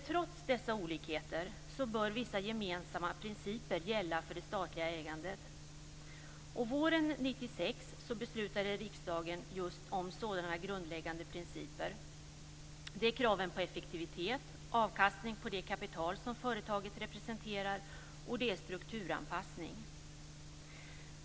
Trots dessa olikheter bör vissa gemensamma principer gälla för det statliga ägandet. Våren 1996 beslutade riksdagen just om sådana grundläggande principer. Det är kraven på effektivitet, avkastning på det kapital som företaget representerar och strukturanpassning.